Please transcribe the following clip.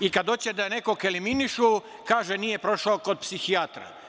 I kad hoće da nekog eliminišu, kaže - nije prošao kod psihijatra.